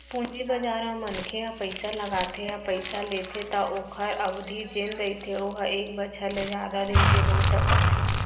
पूंजी बजार म मनखे ह पइसा लगाथे या पइसा लेथे त ओखर अबधि जेन रहिथे ओहा एक बछर ले जादा दिन के हो सकत हे